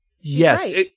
Yes